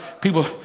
people